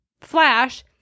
Flash